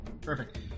Perfect